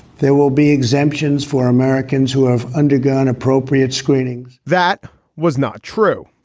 there will be exemptions for americans who have undergone appropriate screenings that was not true.